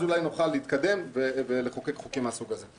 אז אולי נוכל להתקדם ולחוקק חוקים מהסוג הזה.